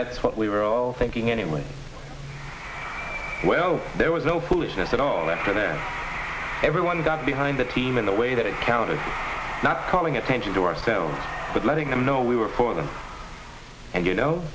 that's what we were all thinking anyway well there was no foolishness at all and everyone got behind the team in the way that it counted not calling attention to ourselves but letting them know we were for them and you know